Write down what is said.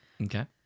Okay